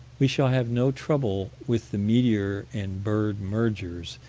we shall have no trouble with the meteor and bird mergers,